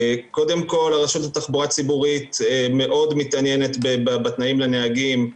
קודם כל הרשות לתחבורה ציבורית מאוד מתעניינת בתנאים לנהגים.